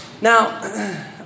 Now